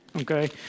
okay